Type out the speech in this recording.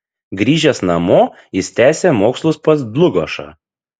grįžęs namo jis tęsė mokslus pas dlugošą